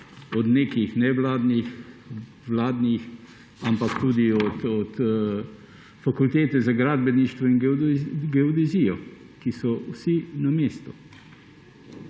od nekih nevladnih, vladnih, tudi od Fakultete za gradbeništvo in geodezijo, ki so vse na mestu.